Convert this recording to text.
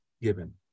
given